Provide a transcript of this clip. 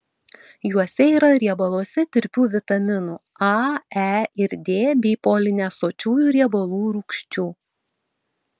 juose yra riebaluose tirpių vitaminų a e ir d bei polinesočiųjų riebalų rūgščių